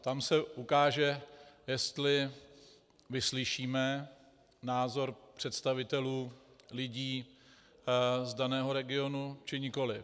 Tam se ukáže, jestli vyslyšíme názor představitelů lidí z daného regionu, či nikoliv.